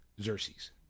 xerxes